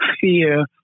fear